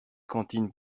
cantine